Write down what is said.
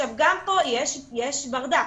גם פה יש ברדק.